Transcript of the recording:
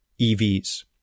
evs